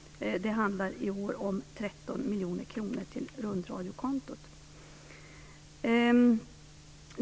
Det handlar i år om 13 miljoner kronor till rundradiokontot.